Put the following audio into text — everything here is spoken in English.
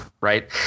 right